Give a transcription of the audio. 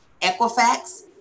Equifax